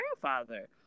grandfather